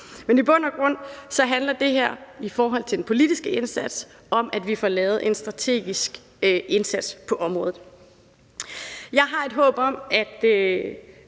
Men i bund og grund handler det her i forhold til den politiske indsats om, at vi får lavet en strategisk indsats på området. Jeg har et håb om, at